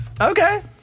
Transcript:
Okay